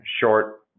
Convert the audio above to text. short